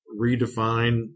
redefine